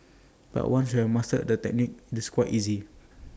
but once you have mastered the technique it's quite easy